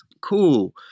cool